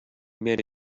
made